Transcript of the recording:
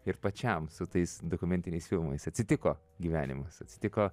ir pačiam su tais dokumentiniais filmais atsitiko gyvenimas atsitiko